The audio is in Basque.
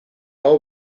hau